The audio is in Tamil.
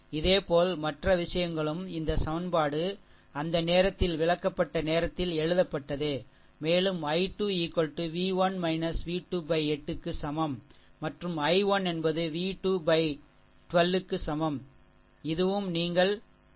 இதேபோல் மற்ற விஷயங்களும் இந்த சமன்பாடு அந்த நேரத்தில் விளக்கப்பட்ட நேரத்தில் எழுதப்பட்டது மேலும் i 2 v 1 v 2 8 க்கு சமம் மற்றும் i 1 என்பது V 2 12 க்கு சமம் இதுவும் நீங்கள் எழுதியுள்ளீர்கள்